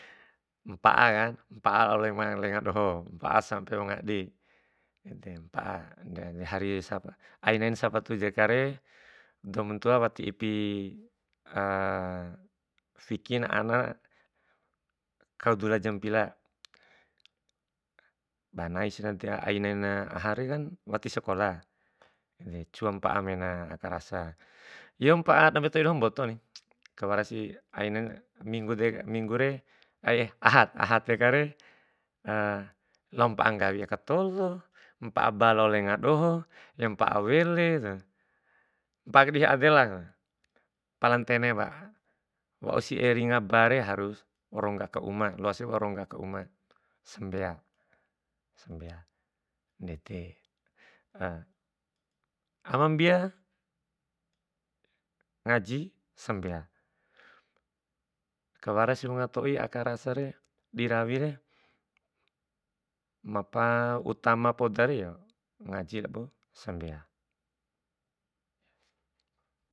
Mpa'a kan, mpa'a lao lenga doho, mpa'a sampe aima nggadi, ede mpa'a ainain sabtu dekare dou man tua wati ipi fikina ana kau dula jam pila. Ba nais na de, ainain aha, kan wati sakola cuam mpa'a mena aka rasa, yo mpa'a dambe toi doho mbotoni kawarasi, ainain minggu de, minggu re ahad ahad, ahad dekare lao mpa'a nggawi aka tolo, mpa'a ba lao lenga doho, mpa'a wele de, mpa'a ka dihi ade la, pala ntene pa, wausi ringa ba re harus waura rongga aka uma, loasi waura rongga aka uma, sambea, sambea, ndede. Ama mbia ngaji sambea, kawarasi wunga toi aka rasare dirawi re, ma utama poda re ngaji lao sambea.